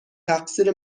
تقصیر